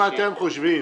אם אתם חושבים